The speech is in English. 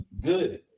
good